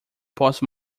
posso